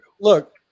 Look